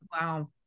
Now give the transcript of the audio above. wow